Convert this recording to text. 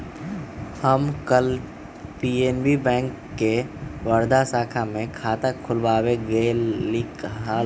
हम कल PNB bank के वर्धा शाखा में खाता खुलवावे गय लीक हल